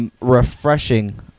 Refreshing